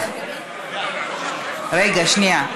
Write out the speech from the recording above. רגע, שנייה.